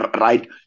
right